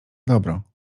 dobro